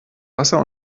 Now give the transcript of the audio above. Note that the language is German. wasser